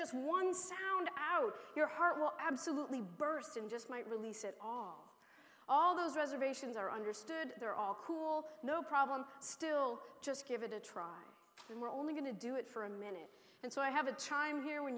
just one sound out your heart will absolutely burst in just might release it all all those reservations are understood they're all cool no problem still just give it a try and we're only going to do it for a minute and so i have a chime in here when